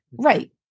Right